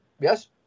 Yes